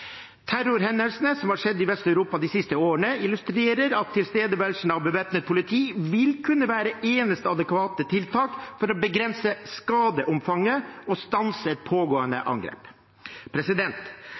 Terrorhendelsene i Vest-Europa de siste årene illustrerer at tilstedeværelsen av bevæpnet politi vil kunne være eneste adekvate tiltak for å begrense skadeomfanget og stanse et